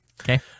Okay